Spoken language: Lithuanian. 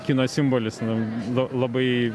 kino simbolis nu nu labai